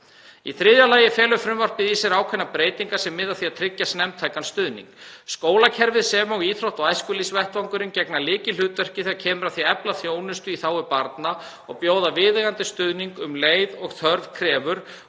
Í þriðja lagi felur frumvarpið í sér ákveðnar breytingar sem miða að því að tryggja snemmtækan stuðning. Skólakerfið sem og íþrótta- og æskulýðsvettvangurinn gegna lykilhlutverki þegar kemur að því að efla þjónustu í þágu barna og bjóða viðeigandi stuðning um leið og þörf krefur